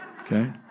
Okay